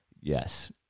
Yes